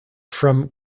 from